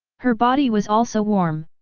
her body was also warm,